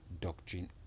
doctrine